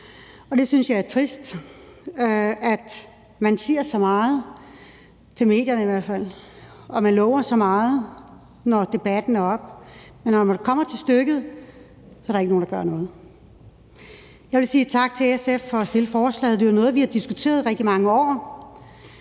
og det synes jeg er trist: at man siger så meget, til medierne i hvert fald, og at man lover så meget, når debatten er oppe, men at når det kommer til stykket, er der ikke nogen, der gør noget. Jeg vil sige tak til SF for at fremsætte forslaget. Det er jo noget, vi har diskuteret i rigtig mange år.